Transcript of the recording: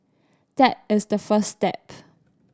that is the first step